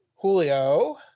Julio